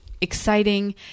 exciting